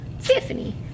Tiffany